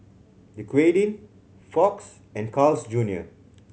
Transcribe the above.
Dequadin Fox and Carl's Junior